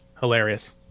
hilarious